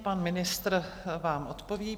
Pan ministr vám odpoví.